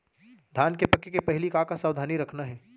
धान के पके के पहिली का का सावधानी रखना हे?